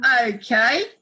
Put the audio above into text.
okay